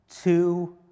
two